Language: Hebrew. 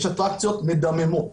יש אטרקציות מדממות,